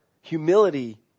humility